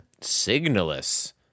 Signalus